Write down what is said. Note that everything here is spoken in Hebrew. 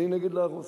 אני נגד להרוס.